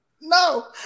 No